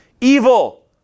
evil